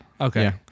Okay